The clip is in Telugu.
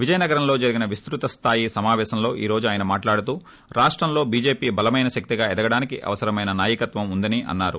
విజయనగరంలో జరిగినే విస్పత స్లాయి సమావేశంలో ఈ రోజు ఆయన మాట్లాడుతూ రాష్టంలో బీజేపీ బలమైన శక్తిగా ఎదగడానికి అవసరమైన నాయకత్వం ఉందని తొన్నారు